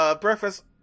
breakfast